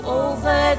over